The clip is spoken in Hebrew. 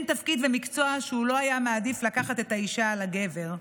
תפקיד ומקצוע שהוא לא היה מעדיף לקחת את האישה על הגבר.